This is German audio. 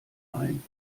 ein